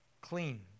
Clean